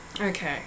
Okay